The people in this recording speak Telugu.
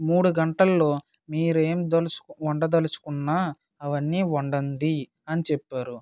మూడు గంటల్లో మీరు ఏమి దల్చు వండ తలుచుకున్నా అవన్నీ వండండీ అని చెప్పారు